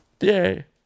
yay